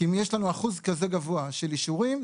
כי אם יש לנו אחוז כזה גבוה של אישורים,